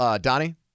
Donnie